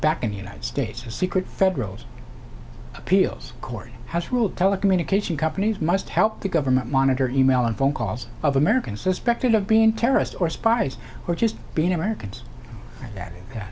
back in the united states a secret federals appeals court has ruled telecommunication companies must help the government monitor e mail and phone calls of americans suspected of being terrorists or spies or just being americans